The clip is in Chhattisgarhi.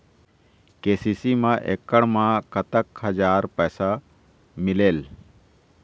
के.सी.सी मा एकड़ मा कतक हजार पैसा मिलेल?